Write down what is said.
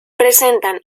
presentan